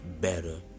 better